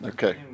Okay